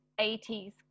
80s